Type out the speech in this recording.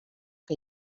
que